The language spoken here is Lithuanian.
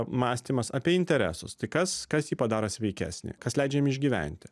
mąstymas apie interesus tai kas kas jį padaro sveikesnį kas leidžia jam išgyventi